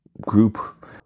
group